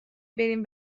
بریم